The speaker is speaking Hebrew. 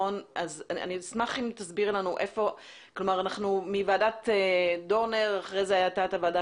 אני אשמח אם תסבירי לנו - אחרי ועדת דורנר הייתה הוועדה